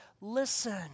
listen